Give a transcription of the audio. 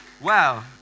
Wow